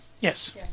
Yes